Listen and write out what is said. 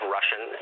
Russian